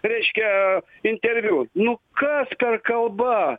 reiškia interviu nu kas per kalba